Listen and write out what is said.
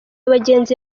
bagenzi